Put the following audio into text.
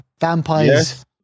vampires